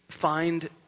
find